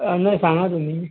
ना सांगा तुमी